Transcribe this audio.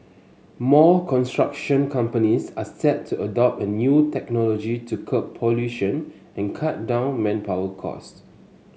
more construction companies are set to adopt a new technology to curb pollution and cut down on manpower costs